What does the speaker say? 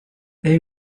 they